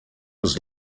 was